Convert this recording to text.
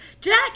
Jack